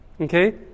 Okay